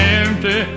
empty